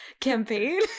campaign